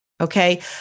Okay